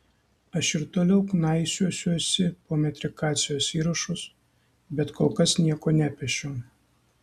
aš ir toliau knaisiosiuosi po metrikacijos įrašus bet kol kas nieko nepešiau